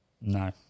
no